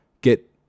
get